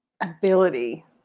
ability